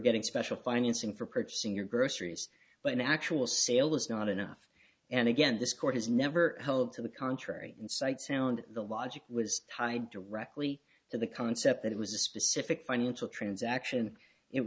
getting special financing for purchasing your groceries but in actual sale is not enough and again this court has never held to the contrary in sight sound the logic was tied directly to the concept that it was a specific financial transaction it